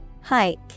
Hike